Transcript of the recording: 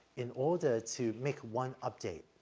in order to make one update,